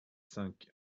cinq